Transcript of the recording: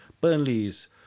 Burnley's